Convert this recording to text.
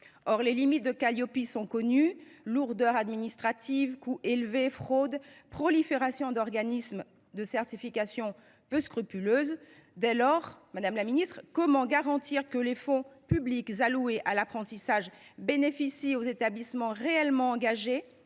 Or les limites de Qualiopi sont connues : lourdeur administrative, coût élevé, fraudes, prolifération d’organismes de certification peu scrupuleux. Dès lors, madame la ministre, comment garantir que les fonds publics alloués à l’apprentissage bénéficient aux établissements réellement engagés